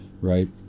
right